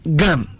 gun